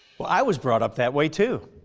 well i was brought up that way too.